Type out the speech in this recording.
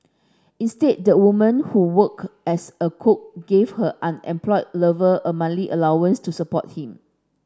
instead the woman who worked as a cook gave her unemployed lover a allowance to support him